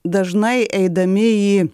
dažnai eidami į